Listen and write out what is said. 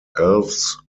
elves